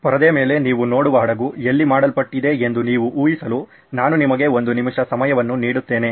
ಪರದೆ ಮೇಲೆ ನೀವು ನೋಡುವ ಹಡಗು ಎಲ್ಲಿ ಮಾಡಲ್ಪಟ್ಟಿದೆ ಎಂದು ಊಹಿಸಲು ನಾನು ನಿಮಗೆ ಒಂದು ನಿಮಿಷ ಸಮಯವನ್ನು ನೀಡುತ್ತೇನೆ